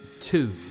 two